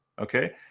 Okay